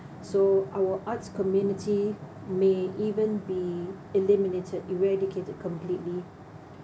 so our arts community may even be eliminated eradicated completely